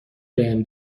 بهم